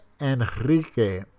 Enrique